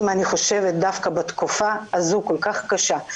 דווקא בתקופה הזאת שהיא כל כך קשה,